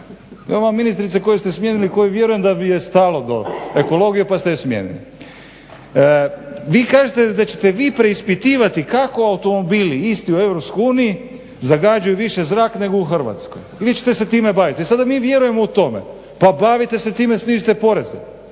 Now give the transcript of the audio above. Evo vam ministrice koju ste smijenili koju vjerujem da bi joj stalo do ekologije pa ste je smijenili. Vi kažete da ćete vi preispitivati kako automobili isti u EU zagađuju više zrak nego u Hrvatskoj i vi ćete se time baviti. I sada mi vjerujemo tome. Pa bavite se time, snizite poreze,